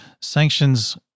Sanctions